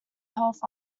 health